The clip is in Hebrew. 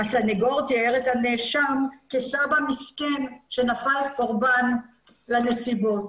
הסניגור תיאר את הנאשר כסבא מסכן שנפל קורבן לנסיבות.